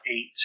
eight